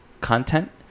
content